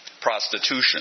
prostitution